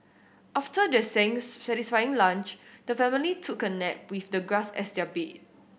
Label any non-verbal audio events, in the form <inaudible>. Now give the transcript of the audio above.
after their <unintelligible> satisfying lunch the family took a nap with the grass as their bed